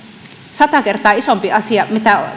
sata kertaa isompaa kuin se mitä